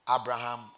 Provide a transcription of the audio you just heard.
Abraham